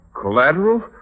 Collateral